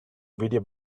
video